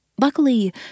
Luckily